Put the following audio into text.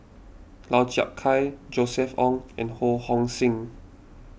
Lau Chiap Khai Josef Ng and Ho Hong Sing